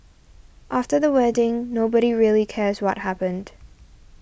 after the wedding nobody really cares what happened